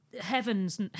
heavens